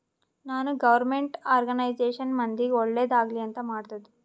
ನಾನ್ government organisation ಮಂದಿಗ್ ಒಳ್ಳೇದ್ ಆಗ್ಲಿ ಅಂತ್ ಮಾಡ್ತುದ್